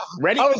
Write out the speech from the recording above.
Ready